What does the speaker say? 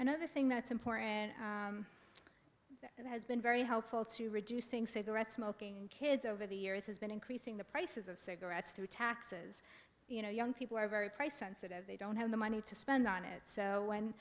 and other thing that's important and has been very helpful to reducing cigarette smoking and kids over the years has been increasing the prices of cigarettes through taxes you know young people are very price sensitive they don't have the money to spend on it so when